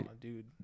dude